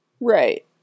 Right